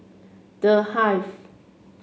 The Hive